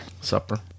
supper